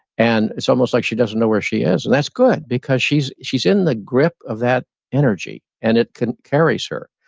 and it's almost like she doesn't know where she is and that's good because she's she's in the grip of that energy and it carries her.